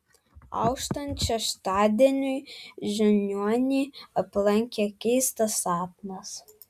auštant šeštadieniui žiniuonį aplankė keistas sapnas